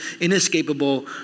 inescapable